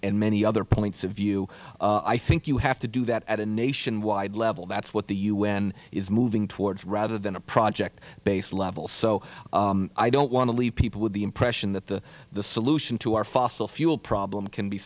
and many other points of view i think you have to do that at a nationwide level that's what the u n is moving towards rather than a project based level so i don't want to leave people with the impression that the solution to our fossil fuel problem can be